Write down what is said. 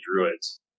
Druids